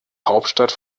hauptstadt